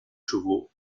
chevaux